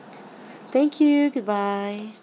thank you goodbye